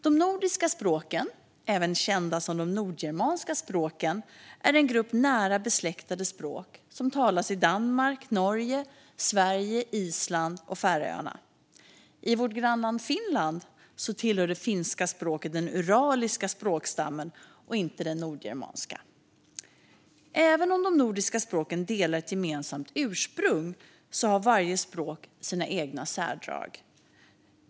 De nordiska språken, även kända som de nordgermanska språken, är en grupp nära besläktade språk som talas i Danmark, Norge, Sverige, Island och Färöarna. I vårt grannland Finland tillhör det finska språket den uraliska språkstammen och inte den nordgermanska. Även om de nordiska språken delar ett gemensamt ursprung har varje språk sina egna särdrag.